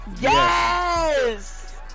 Yes